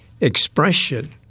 expression